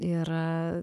ir a